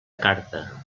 carta